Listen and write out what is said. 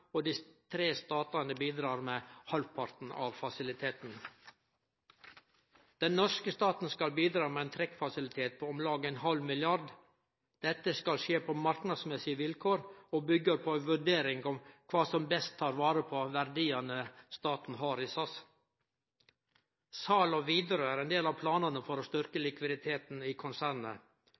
og dei tre statane bidreg med halvparten av fasiliteten. Den norske staten skal bidra med ein trekkfasilitet på om lag ein halv milliard. Dette skal skje på marknadsmessige vilkår og byggjer på ei vurdering av kva som best tek vare på verdiane staten har i SAS. Sal av Widerøe er ein del av planane for å styrkje likviditeten i konsernet.